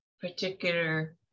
particular